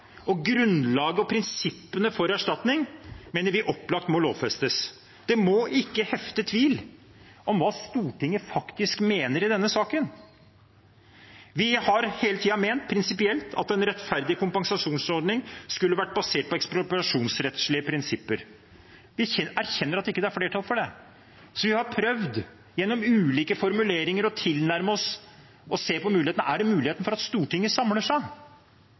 og grunnlaget og prinsippene for erstatning mener vi opplagt må lovfestes. Det må ikke være tvil om hva Stortinget faktisk mener i denne saken. Vi har hele tiden – prinsipielt sett – ment at en rettferdig kompensasjonsordning skulle vært basert på ekspropriasjonsrettslige prinsipper. Vi erkjenner at det ikke er flertall for det, så vi har gjennom ulike formuleringer prøvd å tilnærme oss og sett på mulighetene for at Stortinget kunne samle seg.